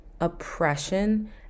oppression